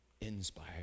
inspired